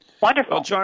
wonderful